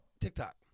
TikTok